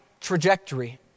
trajectory